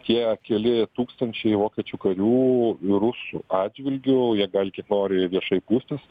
tie keli tūkstančiai vokiečių karių ir rusų atžvilgiu jie gali kiek nori viešai skųstis